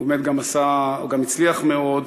באמת הצליח מאוד.